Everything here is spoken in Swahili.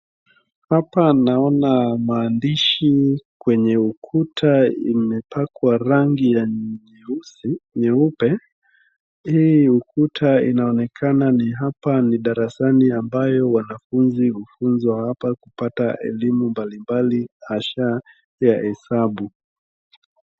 Hapa naona maandishi kwenye ukuta imepakwa rangi ya nyeusi, nyeupe. Hii ukuta inaonekana ni hapa ni darasani ambayo wanafunzi hufunzwa hapa kupata elimu mbali mbali hasha ya hesabu.